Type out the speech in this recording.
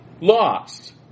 lost